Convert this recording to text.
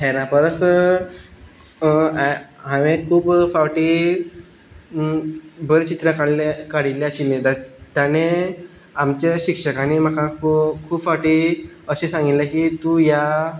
हेरां परस हांवें खूब फावटी बरीं चित्रां काडिल्लीं आशिल्लीं आनी आमचे शिक्षकांनी म्हाका खूब फावटी अशें सांगिल्लें की तूं ह्या